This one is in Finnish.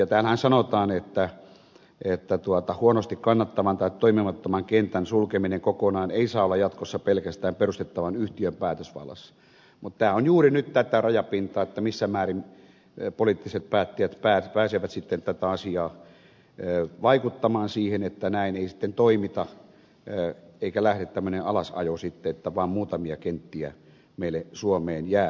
täällähän sanotaan että huonosti kannattavan tai toimimattoman kentän sulkeminen kokonaan ei saa olla jatkossa pelkästään perustettavan yhtiön päätösvallassa mutta tämä on juuri nyt tätä rajapintaa missä määrin poliittiset päättäjät pääsevät sitten tähän asiaan vaikuttamaan että näin ei sitten toimita eikä lähde sitten tämmöinen alasajo että vaan muutamia kenttiä meille suomeen jää